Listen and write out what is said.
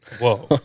Whoa